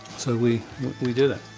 so we we did it.